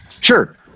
Sure